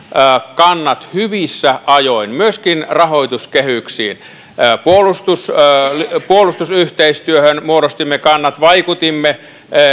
kannat hyvissä ajoin myöskin rahoituskehyksiin puolustusyhteistyöhön muodostimme kannat vaikutimme